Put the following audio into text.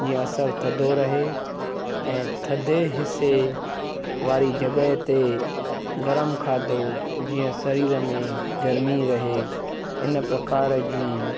जीअं असरु थधो रहे ऐं थधो हिसे वारी जॻह ते गरम खाधो जीअं सरीर में गर्मी रहे हिन प्रकार जी